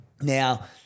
Now